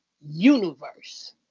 universe